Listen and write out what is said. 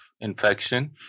infection